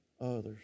others